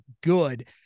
good